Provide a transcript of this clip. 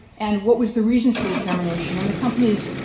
and what was the reasons for the termination, and the company's